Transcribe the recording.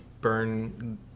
burn